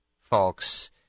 folks